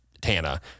Tana